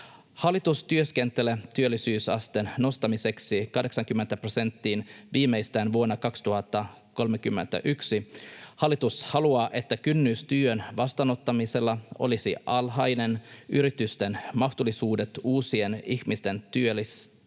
Hallitus työskentelee työllisyysasteen nostamiseksi 80 prosenttiin viimeistään vuonna 2031. Hallitus haluaa, että kynnys työn vastaanottamiselle olisi alhainen, yritysten mahdollisuudet uusien ihmisten työllistämiseen